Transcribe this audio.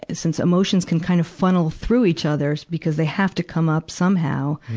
and since emotions can kind of funnel through each other because they have to come up somehow,